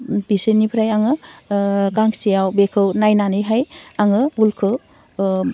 बिसोरनिफ्राय आङो गांसेआव बेखौ नायनानैहाय आङो उलखौ